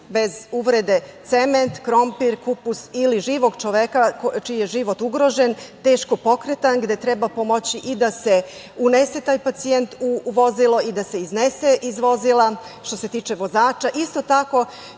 bez uvrede, cement, krompir, kupus ili živog čoveka čiji je život ugrožen, teško pokretan, gde treba pomoći i da se unese taj pacijent u vozilo i da se iznese iz vozila što se tiče vozača. Isto tako,